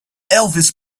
elvis